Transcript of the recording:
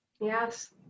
Yes